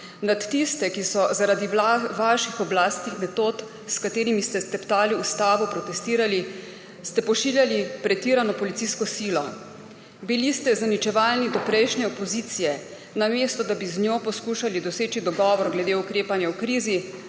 Nad tiste, ki so zaradi vaših oblastnih metod, s katerimi ste steptali ustavo, protestirali, ste pošiljali pretirano policijsko silo, bili ste zaničevalni do prejšnje opozicije, namesto da bi z njo poskušali doseči dogovor glede ukrepanja v krizi.